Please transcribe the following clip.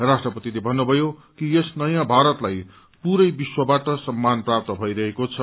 राष्ट्रपतिले भन्नुभयो कि यस नयाँ भारतलाई पूरै विश्ववाट सम्मान प्राप्त भइरहेको छ